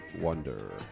wonder